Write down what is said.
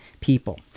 people